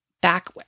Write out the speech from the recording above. back